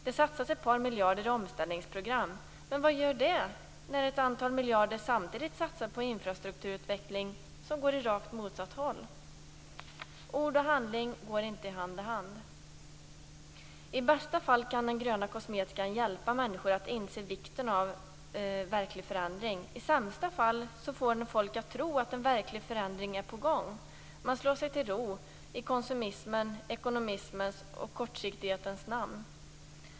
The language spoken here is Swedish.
Det satsas ett par miljarder i omställningsprogram, men vad gör det när ett antal miljarder samtidigt satsas på infrastrukturutveckling som går åt rakt motsatt håll? Ord och handling går inte hand i hand. I bästa fall kan den gröna kosmetikan hjälpa människor att inse vikten av verklig förändring. I sämsta fall får den folk att tro att en verklig förändring är på gång. Man slår sig till ro i konsumismens, ekonomismens och kortsiktighetens namn.